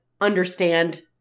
understand